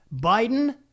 Biden